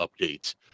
updates